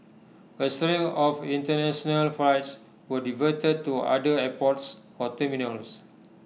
A string of International flights were diverted to other airports or terminals